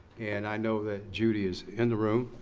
and i know that judy is in the room,